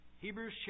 Hebrews